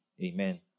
Amen